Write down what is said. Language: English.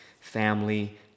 family